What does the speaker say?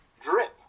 drip